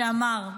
שאמר: